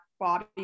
Bobby